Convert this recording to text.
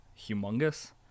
humongous